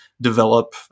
develop